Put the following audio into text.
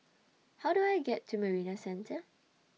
How Do I get to Marina Centre